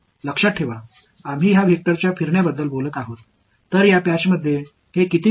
இப்போது நாம் ஒரு வெக்டரின் சுழற்சியைப் பற்றி பேசுகிறோம் என்பதை நினைவில் கொள்க